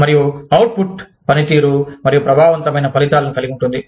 మరియు అవుట్పుట్ పనితీరు మరియు ప్రభావవంతమైన ఫలితాలను కలిగి ఉంటుంది